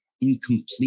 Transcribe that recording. incomplete